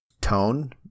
tone